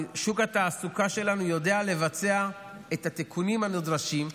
שוק התעסוקה שלנו יודע לבצע את התיקונים הנדרשים,